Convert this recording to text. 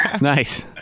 Nice